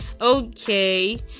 Okay